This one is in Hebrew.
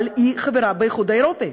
אבל היא חברה באיחוד האירופי.